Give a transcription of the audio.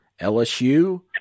LSU